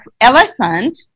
elephant